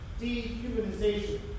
dehumanization